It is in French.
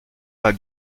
pas